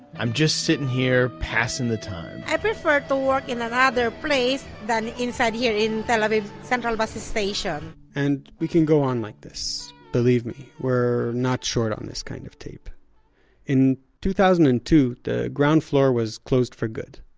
i am just sitting here passing time i prefer to work in another place than inside here, in tel aviv central bus station and we can go on like this. believe me, we're not short on this kind of tape in two thousand and two the ground floor was closed for good.